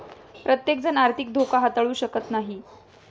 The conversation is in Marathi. प्रत्येकजण आर्थिक धोका हाताळू शकत नाही